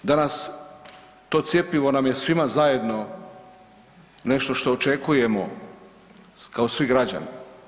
Danas to cjepivo nam je svima zajedno nešto što očekujemo kao svi građani.